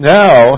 now